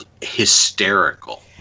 hysterical